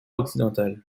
occidental